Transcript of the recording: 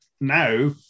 now